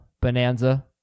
bonanza